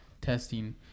testing